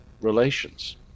relations